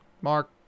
Mark